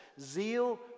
Zeal